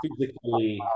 physically